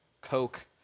Coke